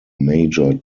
major